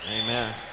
amen